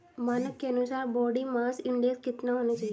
मानक के अनुसार बॉडी मास इंडेक्स कितना होना चाहिए?